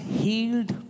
healed